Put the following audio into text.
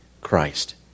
Christ